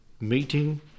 meeting